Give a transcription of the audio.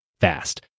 fast